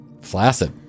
Flaccid